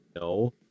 no